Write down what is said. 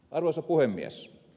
arvoisa puhemies